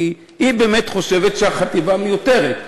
כי היא באמת חושבת שהחטיבה מיותרת.